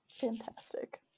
fantastic